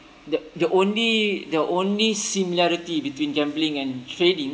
the the only the only similarity between gambling and trading